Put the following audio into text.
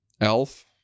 Elf